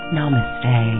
Namaste